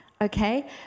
Okay